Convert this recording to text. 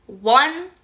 one